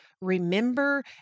remember